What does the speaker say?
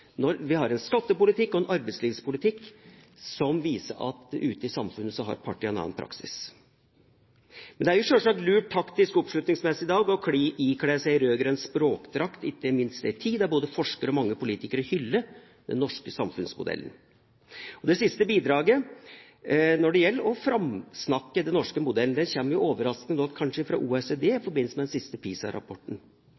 når vi har en skattepolitikk og en arbeidslivspolitikk som viser at partiene ute i samfunnet har en annen praksis. Men det er sjølsagt lurt taktisk oppslutningsmessig i dag å ikle seg rød-grønn språkdrakt, ikke minst i en tid da både forskere og mange politikere hyller den norske samfunnsmodellen. Det siste bidraget når det gjelder å framsnakke den norske modellen, kommer – noe overraskende kanskje – fra OECD i